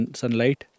sunlight